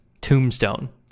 Tombstone